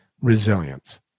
resilience